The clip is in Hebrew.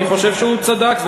אני חושב שהוא צדק.